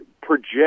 project